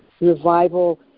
revival